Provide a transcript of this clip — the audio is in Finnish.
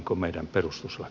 arvoisa puhemies